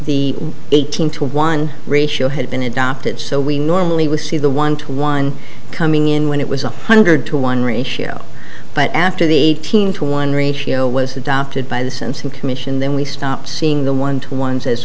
the eighteen to one ratio had been adopted so we normally would see the one to one coming in when it was one hundred to one ratio but after the teen to one ratio was adopted by the sense in commission then we stop seeing the one two ones as